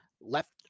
left